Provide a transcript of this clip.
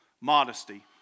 modesty